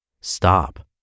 stop